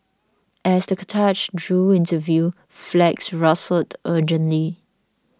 as the cortege drew into view flags rustled urgently